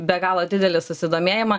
be galo didelį susidomėjimą